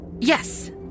Yes